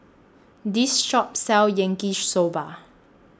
This Shop sells Yaki Soba